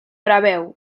preveu